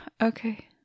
okay